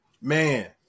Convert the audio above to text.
Man